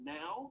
now